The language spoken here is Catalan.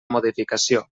modificació